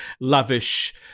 lavish –